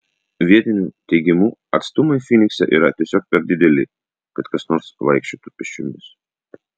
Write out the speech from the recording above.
vietinių teigimu atstumai fynikse yra tiesiog per dideli kad kas nors vaikščiotų pėsčiomis